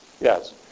yes